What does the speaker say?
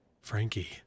frankie